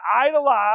idolize